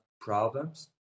problems